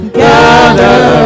gather